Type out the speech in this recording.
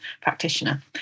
practitioner